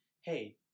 hey